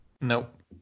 Nope